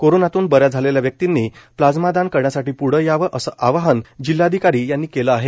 कोरोनातून बऱ्या झालेल्या व्यक्तीनी प्लाङ्मा दान करण्यासाठी पुढं यावं असं आवाहन जिल्हाधिकारी यांनी केलं आहे